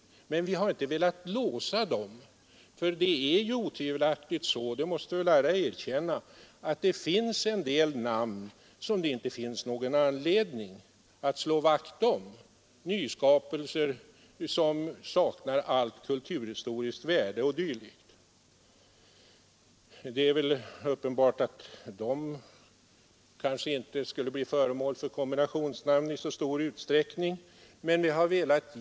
Men vi har inte velat låsa deras ställningstaganden. Otvivelaktigt är det väl så, det måste nog alla erkänna, att det inte finns någon anledning att slå vakt om en del namn, t.ex. nyskapelser som saknar allt kulturhistoriskt värde.